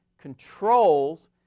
controls